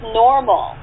normal